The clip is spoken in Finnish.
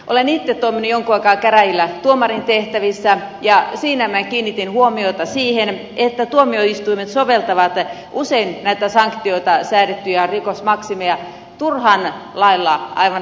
olen itse toiminut jonkun aikaa käräjillä tuomarin tehtävissä ja siinä minä kiinnitin huomiota siihen että tuomioistuimet soveltavat usein näitä sanktioita säädettyjä maksimeja turhan lailla aivan lähelle alarajaa